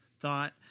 Thought